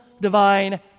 divine